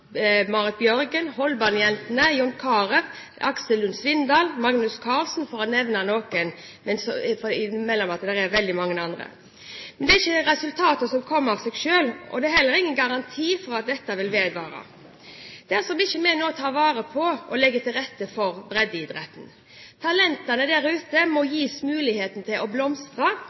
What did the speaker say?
Marit Bjørgen, håndballjentene, John Carew, Aksel Lund Svindal, Magnus Carlsen – for å nevne noen. Men det er veldig mange andre. Men det er ikke resultater som kommer av seg selv. Det er heller ingen garanti for at dette vil vedvare dersom vi ikke nå tar vare på og legger til rette for breddeidretten. Talentene der ute må gis muligheten til å blomstre